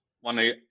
one